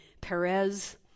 Perez